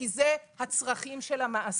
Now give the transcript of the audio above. כי אלה הצרכים של המעסיק.